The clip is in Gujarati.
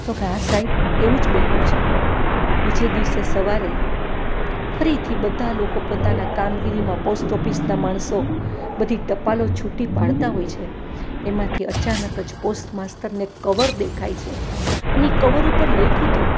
તોકે હા સાહેબ એવું જ બન્યું છે બીજે દિવસે સવારે ફરીથી બધા લોકો પોતાની કામગીરીમાં પોસ્ટ ઓફિસના માણસો બધી ટપાલો છૂટી પાડતાં હોય છે એમાંથી અચાનક જ પોસ્ટ માસ્તરને એક કવર દેખાય છે અને એ કવર ઉપર લખ્યું હતું